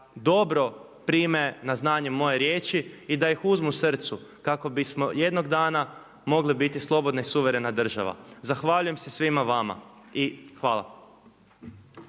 dobro prime na znanje moje riječi i da ih uzmu srcu kako bismo jednog dana mogli biti slobodna i suverena država. Zahvaljujem se svima vama i hvala.